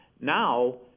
Now